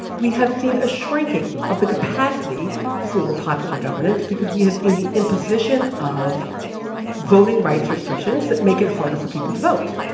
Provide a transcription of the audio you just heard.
we have seen a shrinking of the capacity for popular governance because we have seen the imposition of voting rights restrictions that make it harder for people to vote.